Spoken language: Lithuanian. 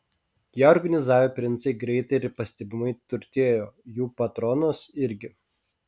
ją suorganizavę princai greitai ir pastebimai turtėjo jų patronas irgi